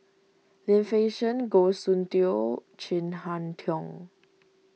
Lim Fei Shen Goh Soon Tioe Chin Harn Tong